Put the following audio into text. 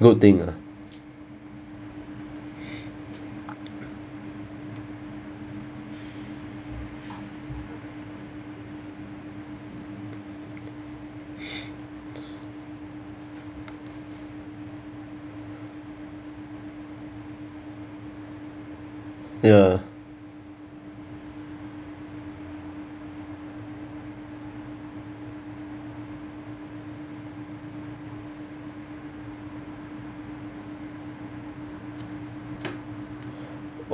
good thing ah ya